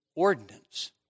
ordinance